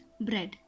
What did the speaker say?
bread